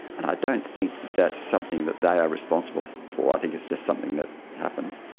and i don't think that that's something that they are responsible for, i think it's just something that happens.